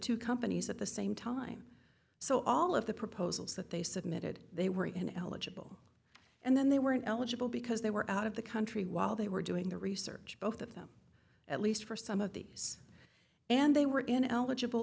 two companies at the same time so all of the proposals that they submitted they were ineligible and then they weren't eligible because they were out of the country while they were doing the research both of them at least for some of these and they were ineligible